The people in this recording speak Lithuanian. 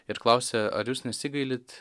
ir klausia ar jūs nesigailit